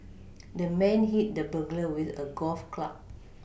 the man hit the burglar with a golf club